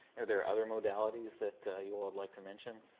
are there other modalities that you all would like to mention?